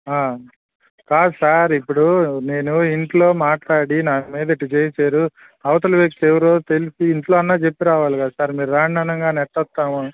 కాదు సార్ ఇప్పుడు నేను ఇంట్లో మాట్లాడి నా మీద ఇట్ట చేశారు అవతలి వ్యక్తి ఎవరో తెలిసి ఇంట్లో అయినా చెప్పి రావాలి కదా సార్ మీరు రాండనగానే ఎట్ట వస్తాము